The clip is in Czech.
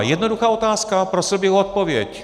Jednoduchá otázka, prosil bych o odpověď.